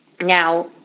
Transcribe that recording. Now